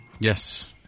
Yes